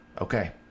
Okay